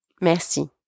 merci